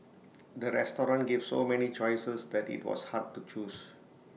the restaurant gave so many choices that IT was hard to choose